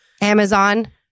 Amazon